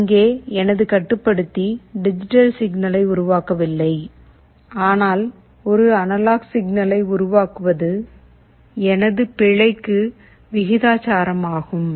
இங்கே எனது கட்டுப்படுத்தி டிஜிட்டல் சிக்னலை உருவாக்கவில்லை ஆனால் ஒரு அனலாக் சிக்னலை உருவாக்குவது எனது பிழைக்கு விகிதாசாரமாகும்